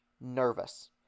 Nervous